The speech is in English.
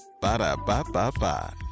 Ba-da-ba-ba-ba